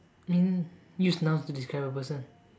mean use nouns to describe a person